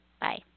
Bye